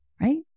right